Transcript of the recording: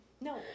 No